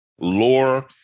lore